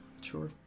Sure